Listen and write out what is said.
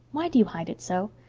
why do you hide it so?